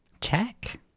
Check